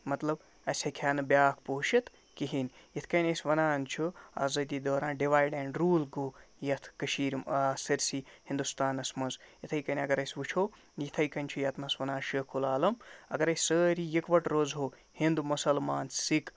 مطلب اَسہِ ہیٚکہِ ہا نہٕ بیٛاکھ پوٗشِتھ کِہیٖنۍ یِتھ کٔنۍ أسی وَنان چھُ آزٲدی دوران ڈِوایِڈ اینٛڈ روٗل گوٚو یَتھ کٔشیٖرِ یِم سارسی ہِنٛدوستانَس منٛز یِتھَے کٔنۍ اگر أسۍ وٕچھو یِتھَے کٔنۍ چھِ ییٚتہِ نَس وَنان شیخ العالم اگرَے سٲری یِکوَٹہٕ روزہو ہِنٛد مُسلمان سِک